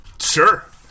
Sure